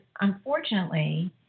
unfortunately